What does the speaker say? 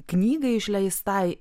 knygai išleistai